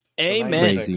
Amen